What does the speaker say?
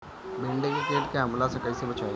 भींडी के कीट के हमला से कइसे बचाई?